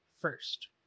first